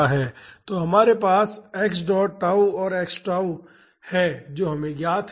तो हमारे पास x डॉट tau और x tau हैं जो हमें ज्ञात हैं